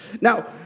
Now